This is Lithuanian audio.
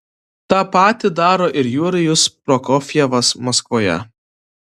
tą patį daro ir jurijus prokofjevas maskvoje